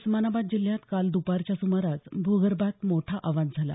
उस्मानाबाद जिल्ह्यात काल दुपारच्या सुमारास भूगर्भात मोठा आवाज झाला